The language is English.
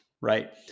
right